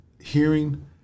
hearing